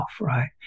right